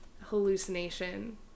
hallucination